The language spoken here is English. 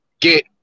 get